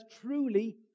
truly